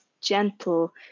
gentle